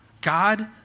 God